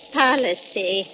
policy